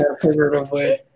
figuratively